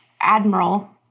Admiral